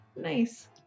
nice